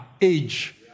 age